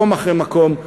מקום אחרי מקום,